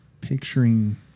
picturing